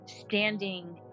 Standing